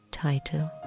title